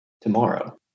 tomorrow